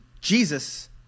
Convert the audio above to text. Jesus